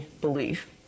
belief